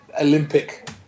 Olympic